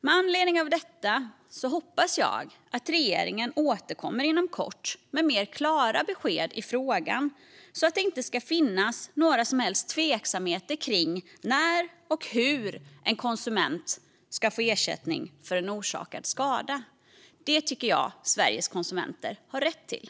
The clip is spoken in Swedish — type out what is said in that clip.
Med anledning av detta hoppas jag att regeringen inom kort återkommer med mer klara besked i frågan, så att det inte ska finnas några som helst tveksamheter kring när och hur en konsument ska få ersättning för en orsakad skada. Det tycker jag att Sveriges konsumenter har rätt till.